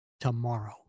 tomorrow